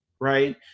right